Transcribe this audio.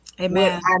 Amen